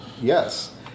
Yes